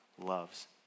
loves